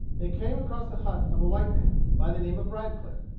they came across the hut of a white man, by the name of radcliff,